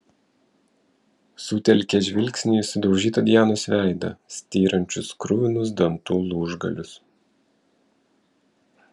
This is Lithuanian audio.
sutelkė žvilgsnį į sudaužytą dianos veidą styrančius kruvinus dantų lūžgalius